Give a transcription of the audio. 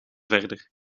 verder